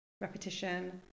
repetition